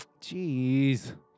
jeez